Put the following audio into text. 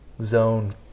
zone